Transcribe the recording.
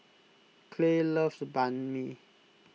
Clay loves Banh Mi